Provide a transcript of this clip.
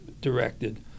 directed